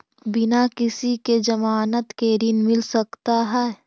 बिना किसी के ज़मानत के ऋण मिल सकता है?